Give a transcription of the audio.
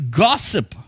gossip